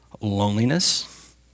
loneliness